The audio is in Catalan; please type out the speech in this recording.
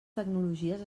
tecnologies